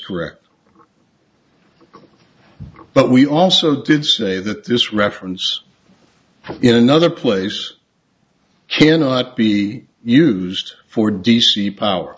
correct but we also did say that this reference in another place cannot be used for d c power